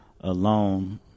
alone